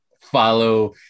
follow